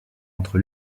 entre